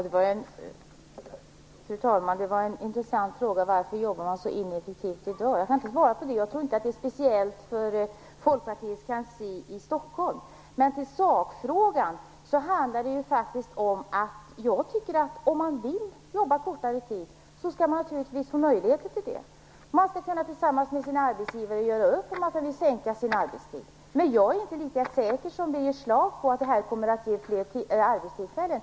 Fru talman! Varför jobbar man så ineffektivt i dag? Det var en intressant fråga. Jag kan inte svara på den. Jag tror inte att det är speciellt för Folkpartiets kansli. Men för att återgå till sakfrågan tycker jag att man skall få möjlighet att jobba kortare tid om man vill det. Man skall naturligtvis kunna göra upp med sin arbetsgivare om att man vill sänka sin arbetstid. Men jag är inte lika säker som Birger Schlaug på att det kommer att ge fler arbetstillfällen.